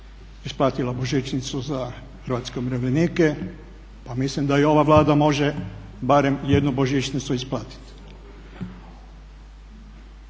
isplatila božićnicu za hrvatske umirovljenike, pa mislim da i ova Vlada može barem jednu božićnicu isplatiti.